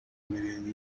mirenge